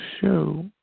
show